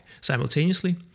simultaneously